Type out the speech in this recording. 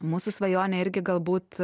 mūsų svajonė irgi galbūt